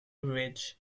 ridge